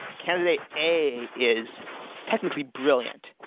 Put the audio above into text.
candidate a is technically brilliant.